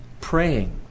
praying